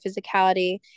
physicality